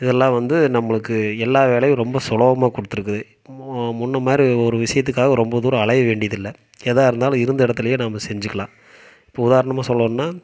இதல்லாம் வந்து நம்மளுக்கு எல்லா வேலையும் ரொம்ப சுலபமாக கொடுத்துருக்கு முன்னே மாதிரி ஒரு விஷயத்துக்காக ரொம்ப தூரம் அலைய வேண்டியது இல்லை எதாக இருந்தாலும் இருந்த இடத்துலே நம்ம செஞ்சிக்கலாம் இப்போ உதாரணமாக சொல்லணும்னா